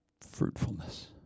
fruitfulness